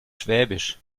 schwäbisch